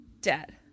dead